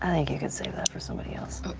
i think you can save that for somebody else.